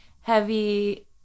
heavy